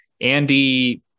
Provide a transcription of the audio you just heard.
Andy